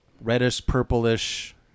reddish-purplish